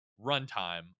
runtime